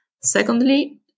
Secondly